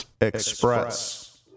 Express